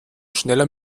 schneller